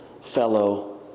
fellow